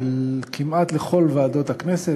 כי כמעט לכל ועדות הכנסת,